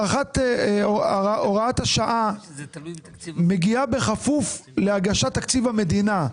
הוראת השעה מגיעה בכפוף להגשת תקציב המדינה.